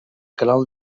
canal